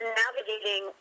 navigating